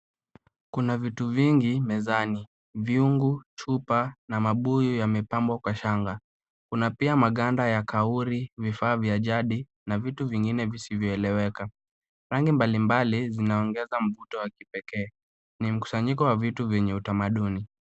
Kuna vitu vingi mezani. Viungu, chupa, na mabuyu yamepambwa kwa shanga. Kuna pia maganda ya kauri, vifaa vya jadi, na vitu vingine visivyoeleweka. Rangi mbalimbali zinaongeza mvuto wa kipekee. Ni mkusanyiko wa vitu vyenye utamaduni.